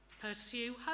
Pursue